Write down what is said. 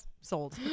sold